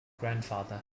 grandfather